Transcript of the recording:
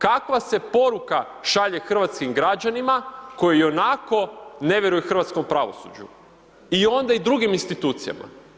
Kakva se poruka šalje hrvatskim građanima koji ionako ne vjeruju hrvatskom pravosuđu i onda i drugim institucijama?